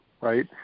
right